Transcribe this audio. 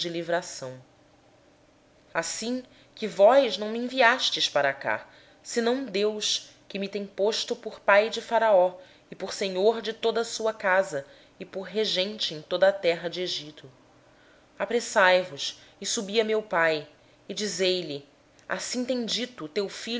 livramento assim não fostes vós que me enviastes para cá senão deus que me tem posto por pai de faraó e por senhor de toda a sua casa e como governador sobre toda a terra do egito apressai vos subi a meu pai e dizei lhe assim disse teu